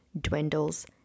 dwindles